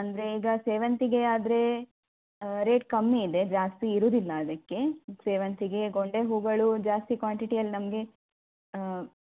ಅಂದರೆ ಈಗ ಸೇವಂತಿಗೆ ಆದರೆ ರೇಟ್ ಕಮ್ಮಿಯಿದೆ ಜಾಸ್ತಿ ಇರೋದಿಲ್ಲ ಅದಕ್ಕೆ ಸೇವಂತಿಗೆ ಗೊಂಡೆ ಹೂಗಳು ಜಾಸ್ತಿ ಕ್ವಾಂಟಿಟಿಯಲ್ಲಿ ನಮಗೆ